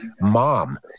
mom